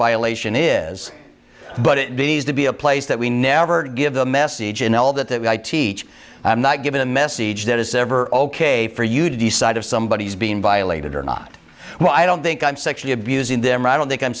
violation is but it needs to be a place that we never give the message and all that that i teach i'm not giving a message that it's ever ok for you to decide if somebody is being violated or not well i don't think i'm sexually abusing them or i don't think i'm